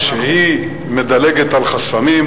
שהיא מדלגת על חסמים,